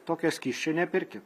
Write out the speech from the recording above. tokio skysčio nepirkit